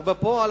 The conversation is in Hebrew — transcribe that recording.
אך בפועל,